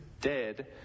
dead